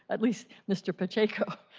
at least mister pacheco,